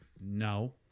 no